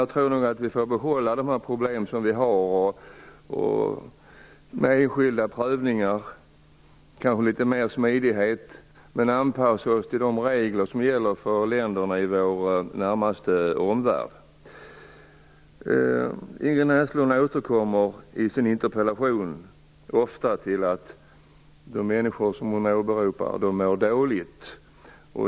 Jag tror nog att vi får behålla de problem som vi har, med enskilda prövningar och kanske litet mer smidighet men med en anpassning till de regler som gäller i länderna i vår närmaste omvärld. Ingrid Näslund återkommer ofta i sin interpellation till att de människor som hon åberopar mår dåligt.